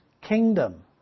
kingdom